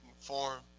Form